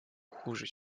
хуже